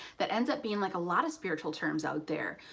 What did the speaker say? that ends up being like a lot of spiritual terms out there.